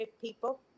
people